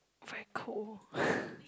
very cold